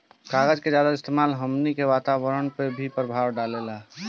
कागज के ज्यादा इस्तेमाल हमनी के वातावरण पर भी प्रभाव डालता